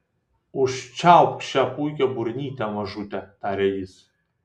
užčiaupk šią puikią burnytę mažute tarė jis